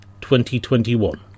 2021